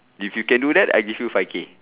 if you can do that I give you five K